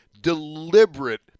deliberate